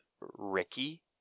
Ricky